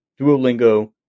Duolingo